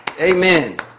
Amen